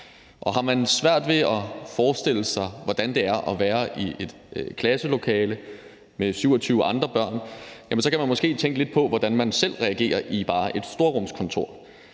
Har man svært ved at forestille sig, hvordan det er at være i et klasselokale med 27 andre børn, så kan man måske tænke lidt på, hvordan man selv reagerer i bare et storrumskontor.